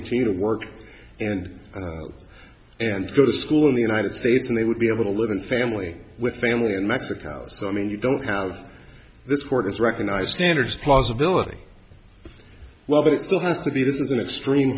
continue to work and and go to school in the united states and they would be able to live in family with family in mexico so i mean you don't have this court has recognized standards of possibility well but it still has to be this is an extreme